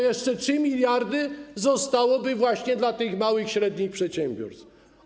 Jeszcze 3 mld zostałoby właśnie dla małych i średnich przedsiębiorstw.